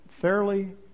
fairly